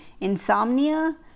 insomnia